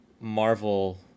Marvel